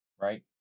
right